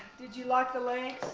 did you lock the legs?